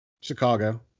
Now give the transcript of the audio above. Chicago